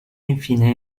infine